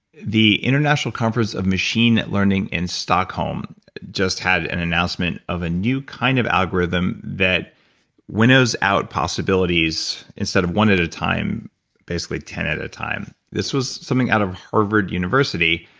the international conference of machine learning in stockholm just had an announcement of a new kind of algorithm that windows out possibilities instead of one at a time basically ten at a time. this was something out of harvard university.